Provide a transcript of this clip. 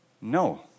no